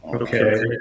Okay